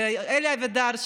אלי אבידר,